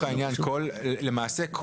למעשה,